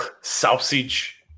sausage